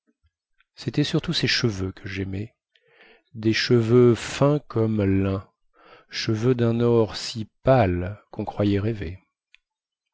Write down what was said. cétaient surtout ses cheveux que jaimais des cheveux fins comme lin cheveux dun or si pâle quon croyait rêver